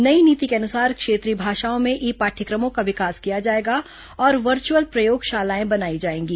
नये नीति के अनुसार क्षेत्रीय भाषाओं में ई पाठ्यक्रमों का विकास किया जाएगा और वर्चअल प्रयोगशालाएं बनाई जाएंगी